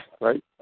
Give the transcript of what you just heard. right